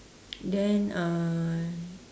then uh